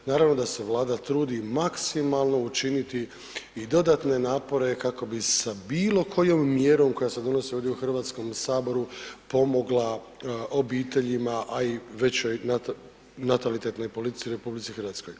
Naravno da se Vlada trudi maksimalno učiniti i dodatne napore kako bi sa bilo kojom mjerom koja se donosi ovdje u Hrvatskom saboru pomogla obiteljima, a i većoj natalitetnoj politici u RH.